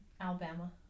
Alabama